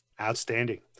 Outstanding